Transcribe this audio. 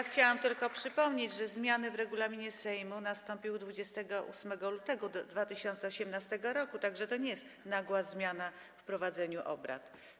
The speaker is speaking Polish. Chciałam tylko przypomnieć, że zmiany w regulaminie Sejmu nastąpiły 28 lutego 2018 r., tak że to nie jest nagła zmiana w prowadzeniu obrad.